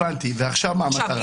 ומה המטרה עכשיו,